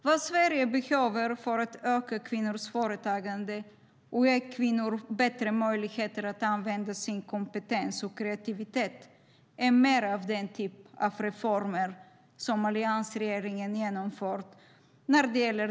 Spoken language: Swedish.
Vad Sverige behöver för att öka kvinnors företagande och ge kvinnor bättre möjligheter att använda sin kompetens och kreativitet är mer, inte mindre, av den typ av reformer som alliansregeringen genomfört, såsom lagen om valfrihet och RUT-avdrag.